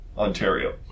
Ontario